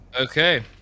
Okay